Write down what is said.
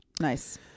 Nice